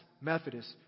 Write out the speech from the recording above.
Methodist